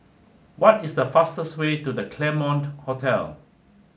what is the fastest way to the Claremont Hotel